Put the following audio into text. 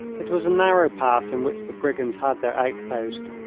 it was a narrow pass in which the brigands had their outpost.